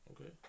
Okay